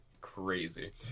crazy